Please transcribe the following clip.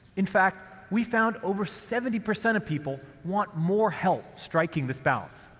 in fact, we found over seventy percent of people want more help striking this balance.